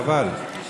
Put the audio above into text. חבל.